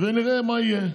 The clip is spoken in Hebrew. ונראה מה יהיה.